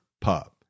pub